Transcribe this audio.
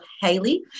Haley